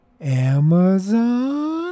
Amazon